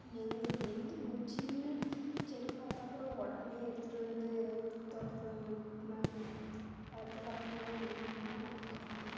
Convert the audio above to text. எங்கே எந்த ஒரு சின்ன செடி பார்த்தாகூட உடனே எடுத்துட்டு வந்து தோட்டத்தில் நட் ந நட்டு வளர்க்கணும் அப்படிங்குறதுனால நட்டுடுவாங்க